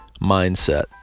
mindset